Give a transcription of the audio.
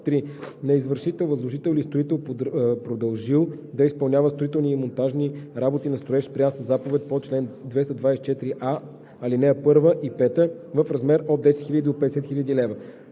3. на извършител, възложител или строител, продължил да изпълнява строителни и монтажни работи на строеж, спрян със заповед по чл. 224а, ал. 1 и 5 – в размер от 10 000 до 50 000 лв.;